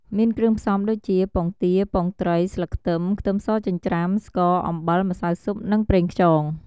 មានគ្រឿងផ្សំដូចជា ពងទា ពងត្រី ស្លឹកខ្ទឹម ខ្ទឹមសចិញ្ច្រាំ ស្ករ អំបិល ម្សៅស៊ុប និងប្រេងខ្យង។